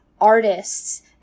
artists